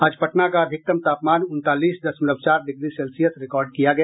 आज पटना का अधिकतम तापमान उनतालीस दशमलव चार डिग्री सेल्सियस रिकार्ड किया गया